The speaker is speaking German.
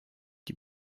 die